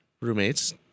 Roommates